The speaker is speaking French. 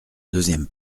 deuxième